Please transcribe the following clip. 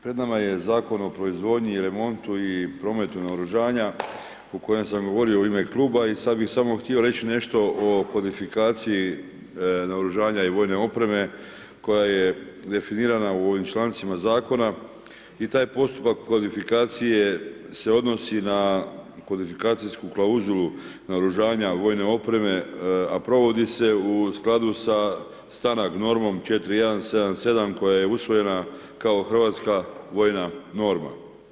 Pred nama je Zakon o proizvodnji i remonti u prometu naoružanja u kojem sam govorio u ime kluba i sad bi samo htio reći nešto o kvalifikaciji naoružanja i vojne opreme koja je definirana u ovim člancima zakona i taj postupak kvalifikacije se odnosi na kvalifikacijsku klauzulu naoružanja vojne opreme a provodi se u skladu sa ... normom 4177 koja je usvojena kao hrvatska vojna norma.